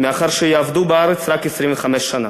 מאחר שיעבדו בארץ רק 25 שנה,